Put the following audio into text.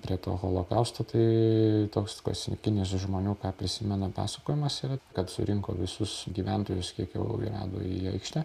prie to holokausto tai toks klasikinis žmonių ką prisimena pasakojimas yra kad surinko visus gyventojus kiek jau rado į aikštę